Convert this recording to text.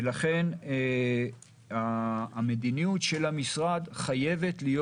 ולכן המדיניות של המשרד חייבת להיות